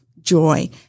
joy